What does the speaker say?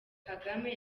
kagame